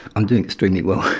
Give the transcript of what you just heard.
i'm doing extremely well.